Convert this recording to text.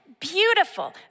beautiful